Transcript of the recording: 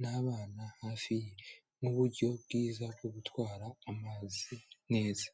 n'abana hafi ye nk'uburyo bwiza bwo gutwara amazi neza.